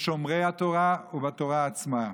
בשומרי התורה ובתורה עצמה.